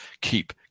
keep